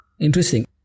Interesting